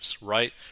right